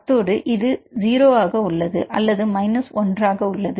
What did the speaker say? அத்தோடு இது 0 ஆக உள்ளது அல்லது 1 ஆக உள்ளது